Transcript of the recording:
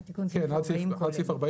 כן, עד סעיף 40 כולל.